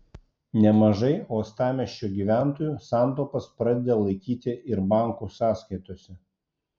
nemažai uostamiesčio gyventojų santaupas pradeda laikyti ir bankų sąskaitose